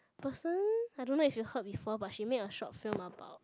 person I don't know if you heard before but she made a short film about